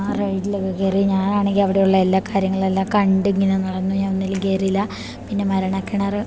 റൈഡിലൊക്കെ കയറി ഞാനാണെങ്കിൽ അവിടെയുള്ള എല്ലാ കാര്യങ്ങളെല്ലാം കണ്ടിങ്ങനെ നടന്ന് ഞാൻ ഒന്നിലും കയറിയില്ല പിന്നെ മരണക്കിണർ